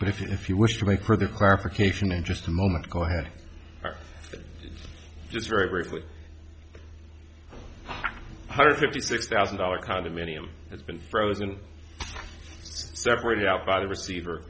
but if you wish to make for the clarification in just a moment go ahead just very briefly hundred fifty six thousand dollars condominium has been frozen separated out by the receiver